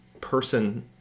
person